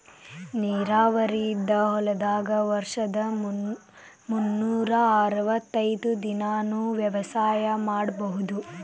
ನೇರಾವರಿ ಇದ್ದ ಹೊಲದಾಗ ವರ್ಷದ ಮುನ್ನೂರಾ ಅರ್ವತೈದ್ ದಿನಾನೂ ವ್ಯವಸಾಯ ಮಾಡ್ಬಹುದು